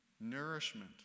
nourishment